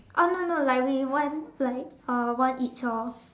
oh no no like we one like uh one each orh